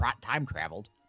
time-traveled